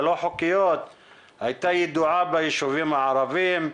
הלא חוקיות הייתה ידועה ביישובים הערביים,